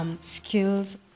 Skills